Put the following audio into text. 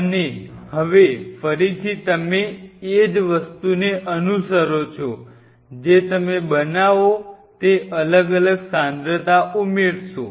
અને હવે ફરીથી તમે એ જ વસ્તુને અનુસરો છો જે તમે બનાવો તે અલગ અલગ સાંદ્રતા ઉમેરશો